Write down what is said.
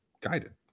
guided